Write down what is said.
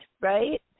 right